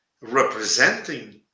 Representing